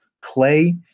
clay